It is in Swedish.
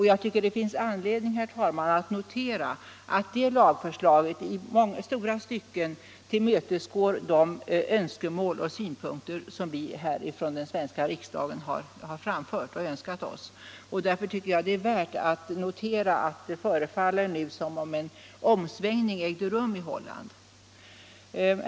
Jag tycker det finns anledning, herr talman, att notera att det lagförslaget i stora stycken tillmötesgår de önskemål och synpunkter som vi här från den svenska riksdagen har framfört. Därför tycker jag det är värt att konstatera att det nu förefaller som om en omsvängning ägde rum i Holland.